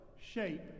shape